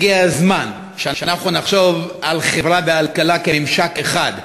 הגיע הזמן שאנחנו נחשוב על חברה ועל כלכלה כממשק אחד,